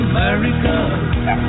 America